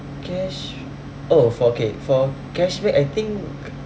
cash oh for okay for cashback I think